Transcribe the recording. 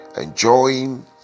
enjoying